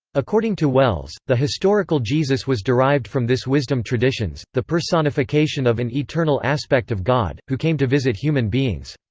according to wells, the historical jesus was derived from this wisdom traditions, the personification of an eternal aspect of god, who came to visit human beings.